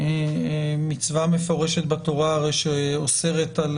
יש מצווה מפורשת בתורה הרי שאוסרת על